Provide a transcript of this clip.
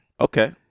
Okay